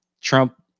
Trump